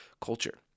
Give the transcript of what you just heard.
culture